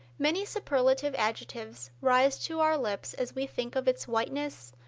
many superlative adjectives rise to our lips as we think of its whiteness,